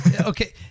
Okay